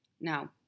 Now